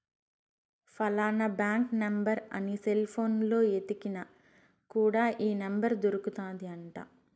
ఫలానా bank number అని cell పోనులో ఎతికిన కూడా ఈ నెంబర్ దొరుకుతాది అంట